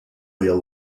wheel